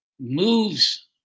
moves